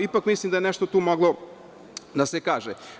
Ipak mislim da je nešto tu moglo da se kaže.